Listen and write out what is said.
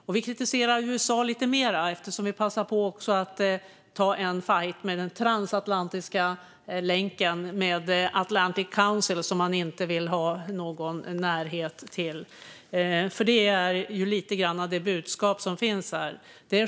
Och vi kritiserar USA lite mer, eftersom vi också passar på att ta en fajt med den transatlantiska länken med Atlantic Council, som vi inte vill ha någon närhet till. Det är lite grann det budskap som finns här.